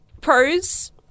pros